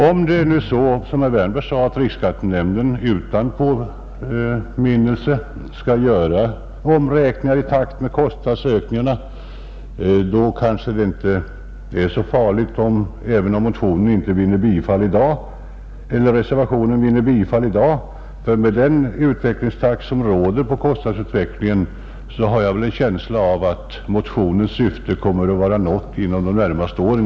Om det nu är så, som herr Wärnberg sade, att riksskattenämnden utan påminnelse skall göra omräkningar i takt med kostnadsökningarna, så är det kanske inte så farligt, även om reservationen inte vinner bifall i dag, ty med den takt som råder i fråga om kostnadsutvecklingen har jag en känsla av att motionens syfte kommer att vara uppnått inom de närmaste åren.